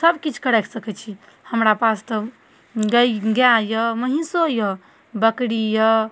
सब किछुके राखि सकै छी हमरा पास तऽ गाय गाय यऽ महीषो यऽ बकरी यऽ